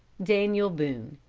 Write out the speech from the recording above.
daniel boone.